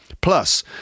Plus